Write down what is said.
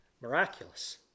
miraculous